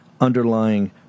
underlying